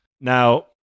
Now